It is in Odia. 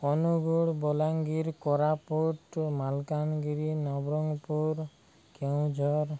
ଅନୁଗୁଳ ବଲାଙ୍ଗୀର କୋରାପୁଟ ମାଲକାନଗିରି ନବରଙ୍ଗପୁର କେଉଁଝର